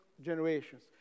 generations